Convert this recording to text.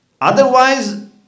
Otherwise